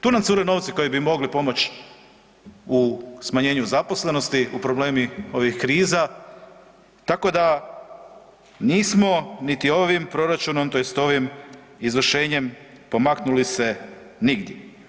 Tu nam cure novci koji bi mogli pomoć u smanjenju zaposlenosti, u problemu ovih kriza tako da nismo niti ovim proračunom tj. ovim izvršenjem pomaknuli se nigdje.